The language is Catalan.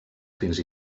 fins